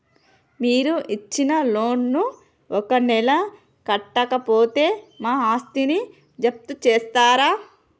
మీరు ఇచ్చిన లోన్ ను ఒక నెల కట్టకపోతే మా ఆస్తిని జప్తు చేస్తరా?